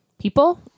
People